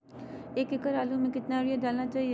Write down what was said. एक एकड़ आलु में कितना युरिया डालना चाहिए?